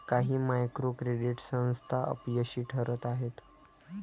काही micro credit संस्था अपयशी ठरत आहेत